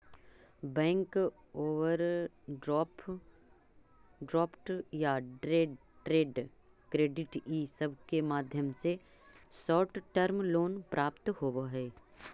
bank overdraft या trade credit इ सब के माध्यम से शॉर्ट टर्म लोन प्राप्त होवऽ हई